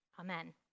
amen